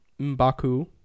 M'Baku